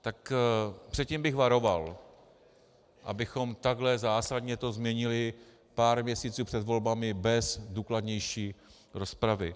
Tak před tím bych varoval, abychom takhle zásadně to změnili pár měsíců před volbami bez důkladnější rozpravy.